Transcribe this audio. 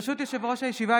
ברשות יושב-ראש הישיבה,